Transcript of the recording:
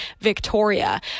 Victoria